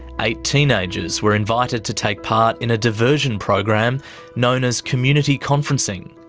eight teenagers were invited to take part in a diversion program known as community conferencing.